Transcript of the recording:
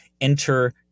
enter